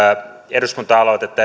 eduskunta aloitetta